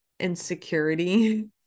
insecurity